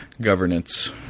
governance